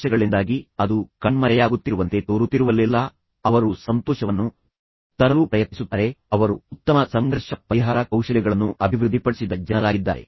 ಸಂಘರ್ಷಗಳಿಂದಾಗಿ ಅದು ಕಣ್ಮರೆಯಾಗುತ್ತಿರುವಂತೆ ತೋರುತ್ತಿರುವಲ್ಲೆಲ್ಲಾ ಅವರು ಸಂತೋಷವನ್ನು ತರಲು ಪ್ರಯತ್ನಿಸುತ್ತಾರೆ ಅವರು ಉತ್ತಮ ಸಂಘರ್ಷ ಪರಿಹಾರ ಕೌಶಲ್ಯಗಳನ್ನು ಅಭಿವೃದ್ಧಿಪಡಿಸಿದ ಜನರಾಗಿದ್ದಾರೆ